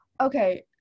Okay